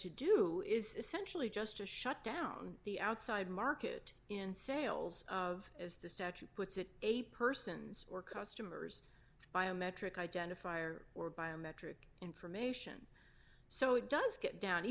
to do is essentially just to shut down the outside market in sales of as the statute puts it a person's or customers biometric identifier or biometric information so it does get down